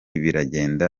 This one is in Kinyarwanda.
biragenda